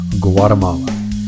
Guatemala